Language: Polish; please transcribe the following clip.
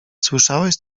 słyszałeś